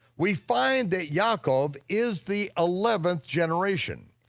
we find that yaakov is the eleventh generation,